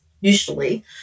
usually